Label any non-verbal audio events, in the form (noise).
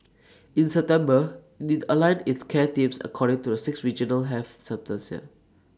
(noise) in September IT aligned its care teams according to the six regional health systems here